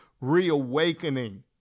reawakening